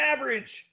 Average